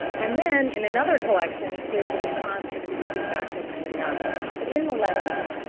and then, in another collection is the response that he received back from henry knox. but, in the letter,